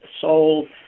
sold